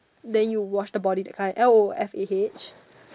then you wash the body that kind L O F A H